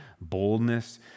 boldness